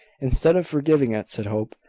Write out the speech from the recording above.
instead of forgiving it, said hope,